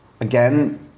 again